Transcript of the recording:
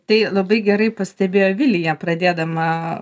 tai labai gerai pastebėjo vilija pradėdama